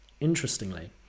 interestingly